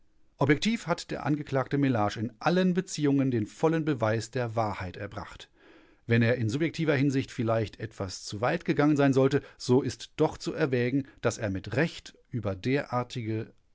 objektiv hat der angeklagte mellage in allen beziehungen den vollen beweis der wahrheit erbracht wenn er in subjektiver hinsicht vielleicht etwas zuweit gegangen sein sollte so ist doch zu erwägen daß er mit recht über derartige